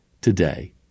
today